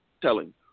telling